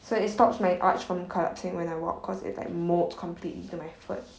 so it stops my arch from collapsing when I walk because it's like molds completely to my foot